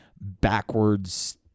backwards